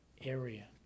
area